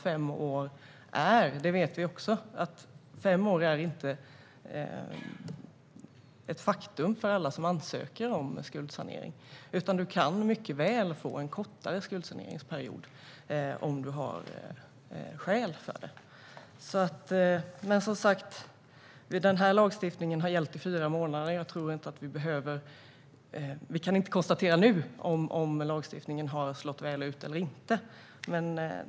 Fem år är inte ett faktum för alla som ansöker om skuldsanering, utan du kan mycket väl få en kortare skuldsaneringsperiod om du har skäl för det. Den här lagstiftningen har som sagt gällt i fyra månader. Jag tror inte att vi kan konstatera nu om den har slagit väl ut eller inte.